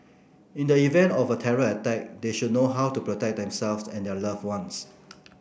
in the event of a terror attack they should know how to protect themselves and their love ones